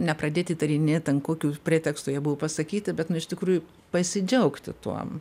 nepradėt įtarinėt ant kokio preteksto jie buvo pasakyti bet nu iš tikrųjų pasidžiaugti tuom